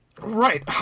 Right